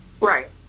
right